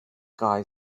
guy